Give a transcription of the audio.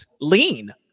Lean